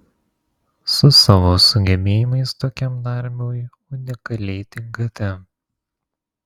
su savo sugebėjimais tokiam darbui unikaliai tinkate